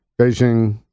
Beijing